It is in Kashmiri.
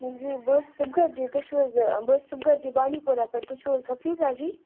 بہٕ حظ چھَس سبکت جی تُہۍ چھُو حظ بہٕ حظ چھَس سبکت جی بانٛڈی پورہ پٮ۪ٹھ تُہۍ چھُو حظ حفیٖظہ جی